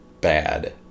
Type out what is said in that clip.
bad